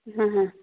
হুম হুম